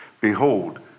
Behold